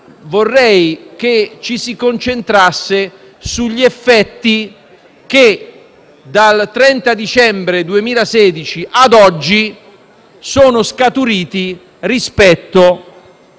vorrei che ci si concentrasse sugli effetti che dal 30 dicembre 2016 ad oggi sono scaturiti rispetto